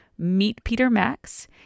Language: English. meetpetermax